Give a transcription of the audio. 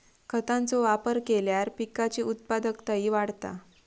खतांचो वापर केल्यार पिकाची उत्पादकताही वाढता